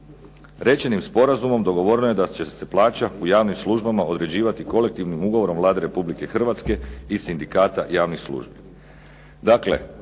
Rečenim sporazumom dogovoreno je da će se plaća u javnim službama određivati kolektivnim ugovorom Vlade Republike Hrvatske i sindikata javnih službi.